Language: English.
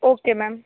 okay ma'am